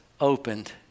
opened